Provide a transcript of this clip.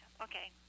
okay